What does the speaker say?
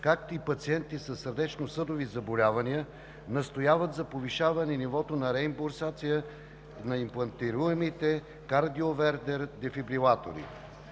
както и пациенти със сърдечносъдови заболявания, настояват за повишаване нивото на реимбурсация на имплантируемите кардиовертер дефибрилатори.